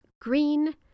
green